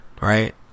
right